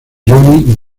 johnny